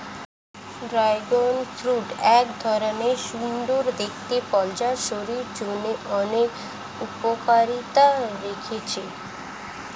dragon fruit এক ধরণের সুন্দর দেখতে ফল যার শরীরের জন্য অনেক উপকারিতা রয়েছে